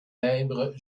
timbres